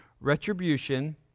retribution